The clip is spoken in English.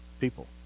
people